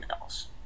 else